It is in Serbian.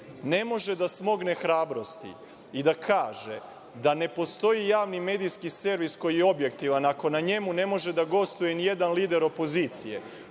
ne može da smogne hrabrosti i da kaže da ne postoji javni medijski servis koji je objektivan ako na njemu ne može da gostuje ni jedan lider opozicije,